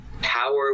power